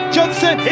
Johnson